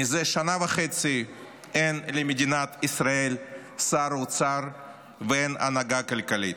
מזה שנה וחצי אין למדינת ישראל שר אוצר ואין הנהגה כלכלית,